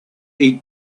eat